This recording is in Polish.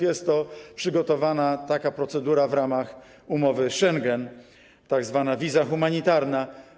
Jest przygotowana taka procedura w ramach umowy z Schengen, tzw. wiza humanitarna.